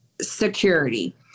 Security